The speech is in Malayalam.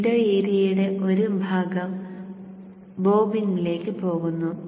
വിൻഡോ ഏരിയയുടെ ഒരു ഭാഗം ബോബിനിലേക്ക് പോകുന്നു